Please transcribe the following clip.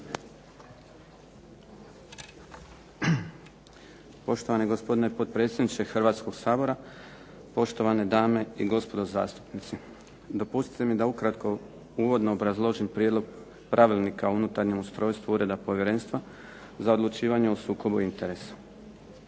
Poštovani gospodine potpredsjedniče Hrvatskog sabora, poštovane dame i gospodo zastupnici. Dopustite mi da ukratko uvodno obrazložim prijedlog pravilnika o unutarnjem ustrojstvu Ureda Povjerenstva za odlučivanje o sukobu interesa.